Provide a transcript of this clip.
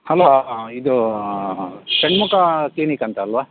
hello ಇದು Shanmukha clinic ಅಂತ ಅಲ್ಲವಾ